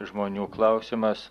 žmonių klausimas